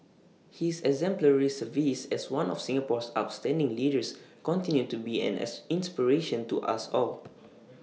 his exemplary service as one of Singapore's outstanding leaders continues to be an as inspiration to us all